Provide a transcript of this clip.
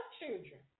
children